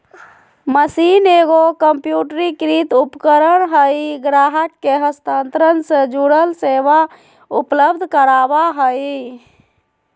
machine एगो कंप्यूटरीकृत उपकरण हइ ग्राहक के हस्तांतरण से जुड़ल सेवा उपलब्ध कराबा हइ